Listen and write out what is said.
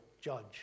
judge